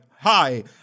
hi